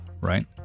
right